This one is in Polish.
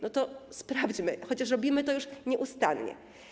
No to sprawdźmy, chociaż robimy to już nieustannie.